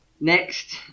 Next